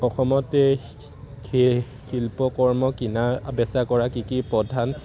অসমতে শিল্পকৰ্ম কিনা বেচা কৰা কি কি প্ৰধান